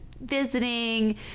visiting